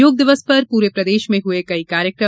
योग दिवस पर पूरे प्रदेश में हुए कई कार्यक्रम